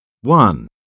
One